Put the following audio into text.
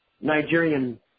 Nigerian